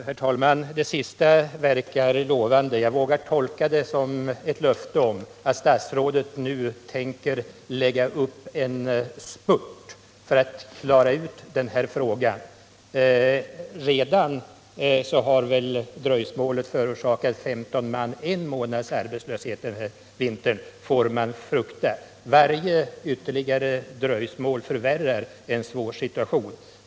Herr talman! Det sista verkar lovande. Jag vågar tolka det som ett löfte om att statsrådet nu skall se till att det blir en spurt för att klara ut den här frågan. Dröjsmålet har väl redan förosakat 15 man en månads arbetslöshet den här vintern, får man frukta. Varje ytterligare dröjsmål förvärrar en svår situation.